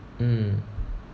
mm